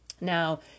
Now